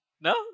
No